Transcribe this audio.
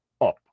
Up